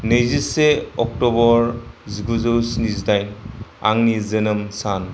नैजिसे अक्ट'बर जिगुजौ स्निजिदाइन आंनि जोनोम सान